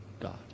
God